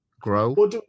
grow